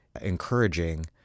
encouraging